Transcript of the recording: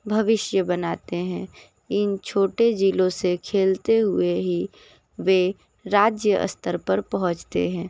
भविष्य बनाते हैं इन छोटे ज़िलों से खेलते हुए ही वे राज्य स्तर पर पहुंचते हैं